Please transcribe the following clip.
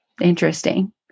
Interesting